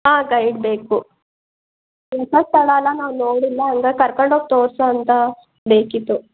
ಹಾಂ ಗೈಡ್ ಬೇಕು ಇಂಥಾ ಸ್ಥಳ ಎಲ್ಲ ನಾವು ನೋಡಿಲ್ಲ ಹಂಗಾಗಿ ಕರ್ಕಂಡು ಹೋಗ್ ತೋರ್ಸೊ ಅಂತವ್ರು ಬೇಕಿತ್ತು